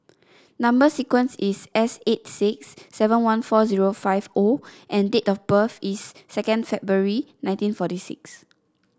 number sequence is S eight six seven one four zero five O and date of birth is second February nineteen forty six